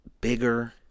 bigger